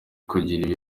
kugirira